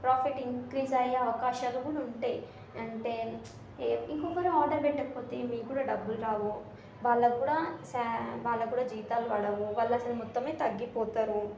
profit increase అయ్యే అవకాశాలు కూడా ఉంటాయి అంటే ఇంకొకరు ఆర్డర్ పెట్టకపోతే మీకు కూడా డబ్బులు రావు వాళ్ళకు కూడా వాళ్ళకు కూడా జీతాలు పడవు వాళ్ళు అసలు మొత్తమే తగ్గిపోతారు